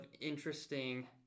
interesting